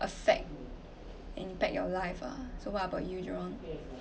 affect and impact your life ah so what about you john